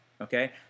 Okay